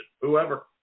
whoever